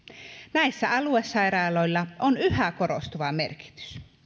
näissä aluesairaaloilla on yhä korostuva merkitys